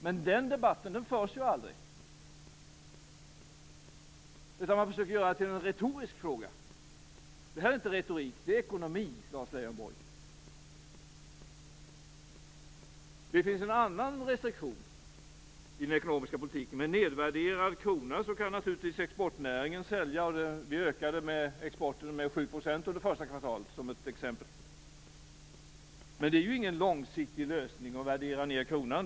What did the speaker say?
Men den debatten förs ju aldrig, utan man försöker göra det till en retorisk fråga. Det här är inte retorik, det här är ekonomi, Lars Leijonborg. Det finns en annan restriktion i den ekonomiska politiken. Med nedvärderad krona kan naturligtvis exportnäringen sälja. Vi ökade exporten med 7 % under första kvartalet, som ett exempel. Men det är ju inte någon långsiktig lösning att värdera ned kronan.